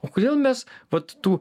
o kodėl mes vat tų